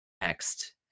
next